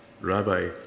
Rabbi